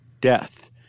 death